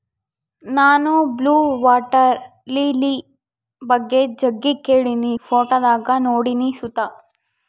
ನಾನು blue water lily ಬಗ್ಗೆ ಜಗ್ಗಿ ಕೇಳಿನಿ, ಫೋಟೋದಾಗ ನೋಡಿನಿ ಸುತ